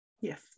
Yes